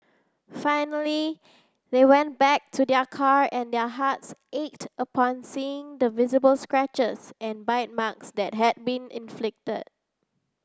finally they went back to their car and their hearts ached upon seeing the visible scratches and bite marks that had been inflicted